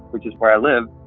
which is where i live,